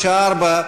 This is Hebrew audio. בשעה 16:00,